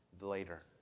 later